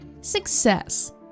Success